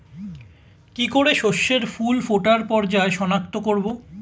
কি করে শস্যের ফুল ফোটার পর্যায় শনাক্ত করব?